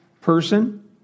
person